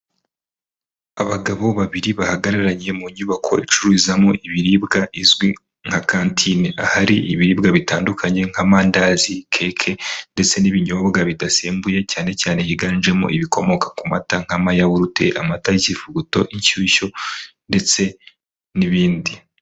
Abagabo babiri bahagararanye mu nyubako icururizamo ibiribwa izwi nka kantine, ahari ibiribwa bitandukanye nk'amandazi, keke ndetse n'ibinyobwa bidasembuye cyane cyane higanjemo ibikomoka ku mata nk'amayawurute, amata y'ikivuguto, inshyushyu ndetse n'ibindi.